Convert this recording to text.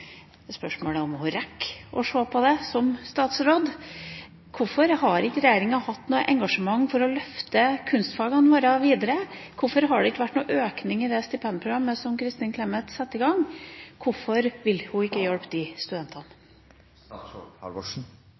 spørsmålet er om hun som statsråd rekker å se på det. Hvorfor har ikke regjeringa hatt noe engasjement for å løfte kunstfagene videre? Hvorfor har det ikke vært noen økning i det stipendprogrammet som Kristin Clemet satte i gang? Hvorfor vil ikke statsråden hjelpe de studentene?